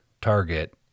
target